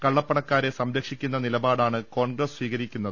കള്ളപ്പണക്കാരെ സംരക്ഷിക്കുന്ന നിലപാടാണ് കോൺഗ്രസ് സ്വീകരിക്കുന്നത്